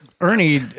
Ernie